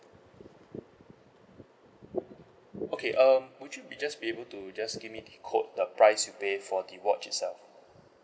okay um would you be just be able to just give me the quote the price you pay for the watch itself